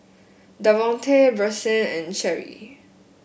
Davonte Brycen and Cheri